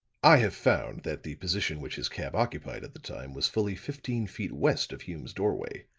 i have found that the position which his cab occupied at the time was fully fifteen feet west of hume's doorway,